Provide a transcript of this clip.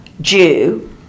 Jew